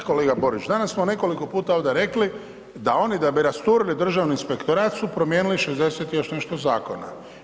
Da, kolega Borić, danas smo nekoliko puta ovdje rekli da oni da bi rasturili Državni inspektorat su promijenili 60 i nešto zakona.